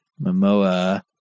Momoa